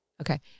Okay